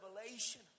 revelation